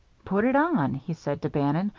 put it on, he said to bannon.